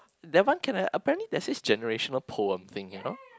that one can I apparently there's this generational poem thing you know